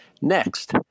Next